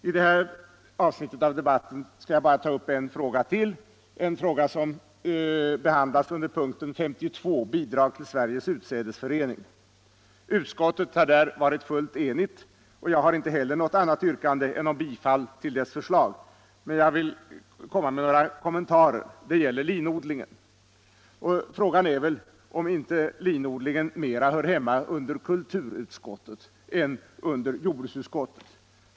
I det här avsnittet av debatten skall jag bara ta upp en fråga till, en fråga som behandlas under punkten 52, bidrag till Sveriges utsädesförening. Utskottet har där varit fullt enigt, och jag har inte heller något annat yrkande än om bifall till utskottets förslag, men jag vill göra några kommentarer. Det gäller linodlingen. Frågan är väl om inte linodlingen mera hör hemma under kulturutskottet än under jordbruksutskottet.